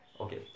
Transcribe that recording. Okay